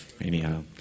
anyhow